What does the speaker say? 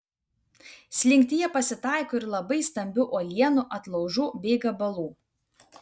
slinktyje pasitaiko ir labai stambių uolienų atlaužų bei gabalų